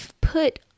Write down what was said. put